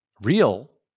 real